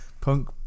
punk